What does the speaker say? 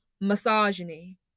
misogyny